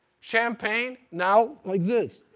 champagne. now, like this.